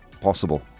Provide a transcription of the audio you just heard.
possible